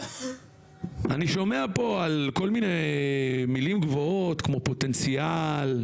אני שומע פה כל מיני מילים גבוהות כמו פוטנציאל,